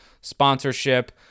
sponsorship